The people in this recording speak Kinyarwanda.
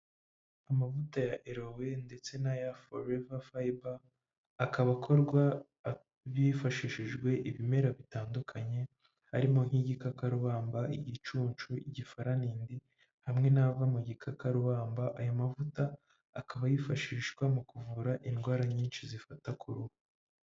Amavuta ya erowe ndetse n'aya forever fiber akaba akorwa bifashishijwe ibimera bitandukanye harimo nk'igikakarubamba, igicucu, igifaraninde hamwe n'ava mu gikakarubamba aya mavuta akaba yifashishwa mu kuvura indwara nyinshi zifata ku ruhu.